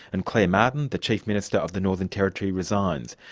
and claire martin, the chief minister of the northern territory, resigns.